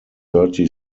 thirty